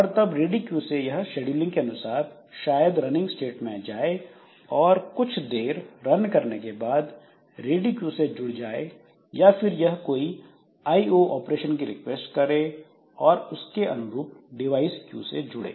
और तब ready queue से यह शेड्यूलिंग के अनुसार शायद रनिंग स्टेट में जाए और कुछ देर रन करने के बाद रेडी क्यू से जुड़ जाए या फिर यह कोई आईओ ऑपरेशन की रिक्वेस्ट करे और उसके अनुरूप डिवाइस क्यू से जुड़े